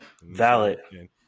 Valid